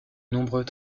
nombreux